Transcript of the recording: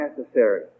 necessary